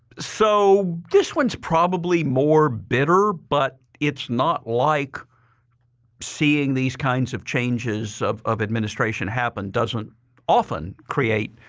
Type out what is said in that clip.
so this one is probably more bitter, but it's not like seeing these kinds of changes of of administration happen doesn't often create